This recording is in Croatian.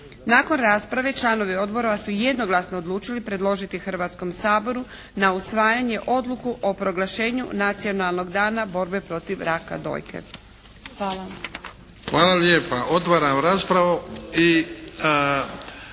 Nakon rasprave članovi Odbora su jednoglasno odlučili predložiti Hrvatskom saboru na usvajanje Odluku o proglašenju nacionalnog dana borbe protiv raka dojke. Hvala. **Bebić, Luka (HDZ)** Hvala lijepa. Otvaram raspravu.